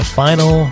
final